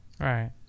Right